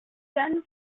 then